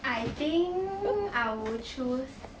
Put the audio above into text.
I think I will choose